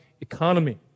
economy